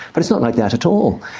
but it's not like that at all.